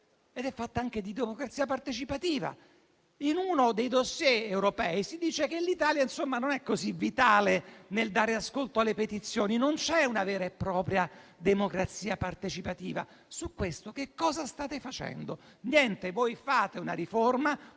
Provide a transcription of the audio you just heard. ed è fatta anche di democrazia partecipativa. In uno dei *dossier* europei si dice che l'Italia non è così vitale nel dare ascolto alle petizioni, non c'è una vera e propria democrazia partecipativa. Che cosa state facendo al riguardo? Niente: voi fate una riforma